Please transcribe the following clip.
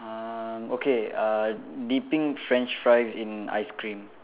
um okay uh dipping French fries in ice cream